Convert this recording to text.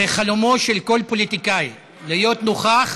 זה חלומו של כל פוליטיקאי, להיות נוכח